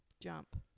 Jump